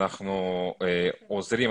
אנחנו עוזרים,